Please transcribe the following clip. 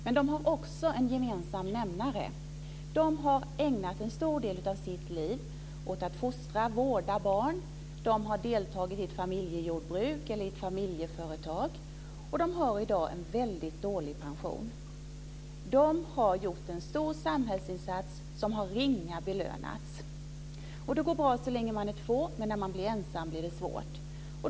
Men de har också en gemensam nämnare: De har ägnat en stor del av sina liv åt att fostra och vårda barn, de har deltagit i familjejordbruk eller i familjeföretag och de har i dag en väldigt dålig pension. De har gjort en stor samhällsinsats, som har belönats ringa. Det går bra så länge man är två, men när man blir ensam blir det svårt.